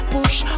Push